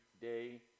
day